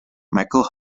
michael